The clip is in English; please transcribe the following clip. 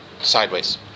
sideways